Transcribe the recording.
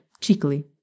cheekily